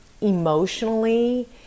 emotionally